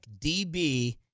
DB